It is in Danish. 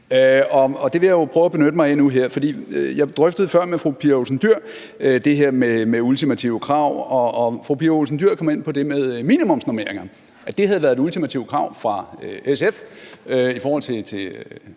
nu prøve at benytte mig af her. Jeg drøftede før med fru Pia Olsen Dyhr det her med ultimative krav, og fru Pia Olsen Dyhr kom ind på det med minimumsnormeringer og sagde, at det havde været et ultimativt krav fra SF's side i forhold til